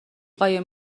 قایم